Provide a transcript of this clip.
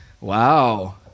Wow